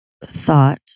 thought